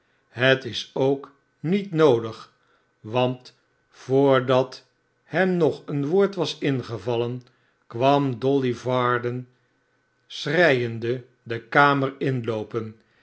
het is ook niet noodig want voordat hem nog een woord was ingevallen kwam dolly varden schreiende de kamer inloopen